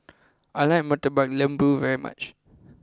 I like Murtabak Lembu very much